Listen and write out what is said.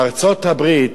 בארצות-הברית,